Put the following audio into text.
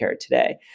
today